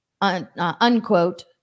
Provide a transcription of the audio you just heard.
unquote